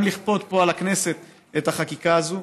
גם לכפות פה על הכנסת את החקיקה הזאת,